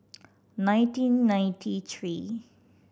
nineteen ninety three